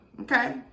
okay